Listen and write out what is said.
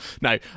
no